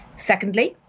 secondly,